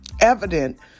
evident